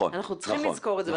אנחנו צריכים לזכור את זה.